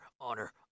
honor